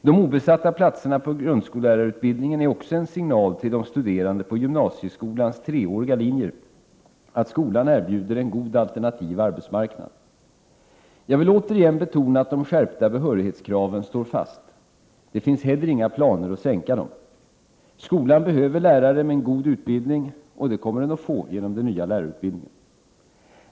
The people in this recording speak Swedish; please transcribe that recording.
De obesatta platserna på grundskollärarutbildningen är också en signal till de studerande på gymnasieskolans treåriga linjer att skolan erbjuder en god alternativ arbetsmarknad. Jag vill återigen betona att de skärpta behörighetskraven står fast. Det finns heller inga planer på att sänka dessa. Skolan behöver lärare med en god utbildning, och det kommer den att få genom den nya lärarutbildningen.